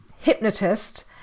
hypnotist